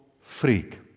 freak